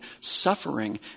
suffering